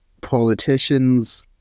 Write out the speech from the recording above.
politicians